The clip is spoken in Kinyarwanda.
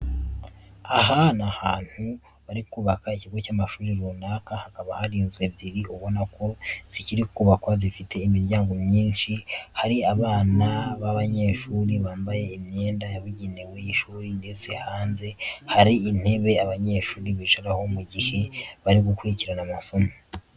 Aha ni ahantu bari kubaka ikigo cy'amashuri runaka. Hakaba hari inzu ebyiri ubona ko zikiri kubakwa zifite imiryango myinshi, hari abana b'abanyeshuri bambaye imyenda yabugenewe y'ishuri, ndetse hanze hari intebe abanyeshuri bicaraho mu gihe bari gukurikira amasomo.